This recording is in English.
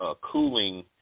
cooling